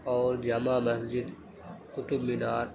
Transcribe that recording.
اور جامع مسجد قطب مینار